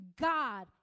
God